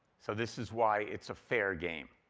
so this is why it's a fair game,